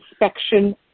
inspection